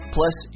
Plus